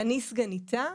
אני סגניתה,